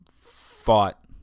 fought